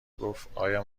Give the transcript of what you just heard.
گفتایا